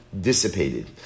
dissipated